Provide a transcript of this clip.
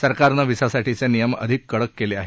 सरकारनं व्हिसासाठीचे नियम अधिक कडक केले आहेत